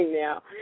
now